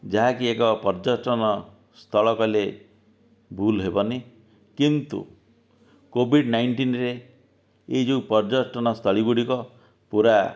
ଯାହା କି ଏକ ପର୍ଯ୍ୟଟନ ସ୍ଥଳ କହିଲେ ଭୁଲ ହେବ ନି କିନ୍ତୁ କୋଭିଡ଼ ନାଇଣ୍ଟିନରେ ଏଇ ଯେଉଁ ପର୍ଯ୍ୟଟନ ସ୍ଥଳୀ ଗୁଡ଼ିକ ପୂରା